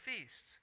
feast